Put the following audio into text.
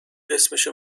اسمشو